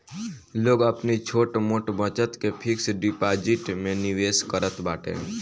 लोग अपनी छोट मोट बचत के फिक्स डिपाजिट में निवेश करत बाटे